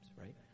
right